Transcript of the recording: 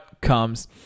comes